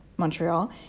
Montreal